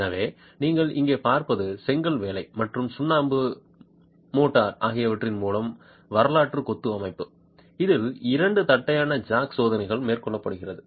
எனவே நீங்கள் இங்கே பார்ப்பது செங்கல் வேலை மற்றும் சுண்ணாம்பு மோட்டார் ஆகியவற்றில் ஒரு வரலாற்று கொத்து அமைப்பு இதில் இரட்டை தட்டையான ஜாக் சோதனை மேற்கொள்ளப்படுகிறது